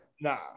nah